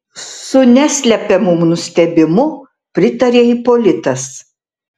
su neslepiamu nustebimu pritarė ipolitas